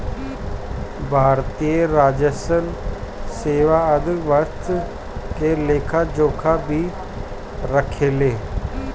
भारतीय राजस्व सेवा आय व्यय के लेखा जोखा भी राखेले